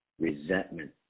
resentment